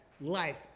life